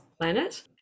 planet